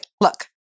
look